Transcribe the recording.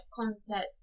concept